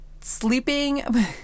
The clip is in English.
sleeping